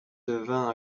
devint